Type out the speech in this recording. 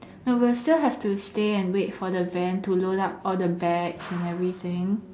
no we will still have to stay and wait for the van to load up all the bags and everything